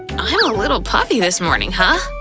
i'm a little puffy this morning, huh?